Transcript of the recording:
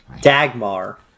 Dagmar